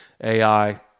AI